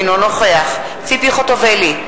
אינו נוכח ציפי חוטובלי,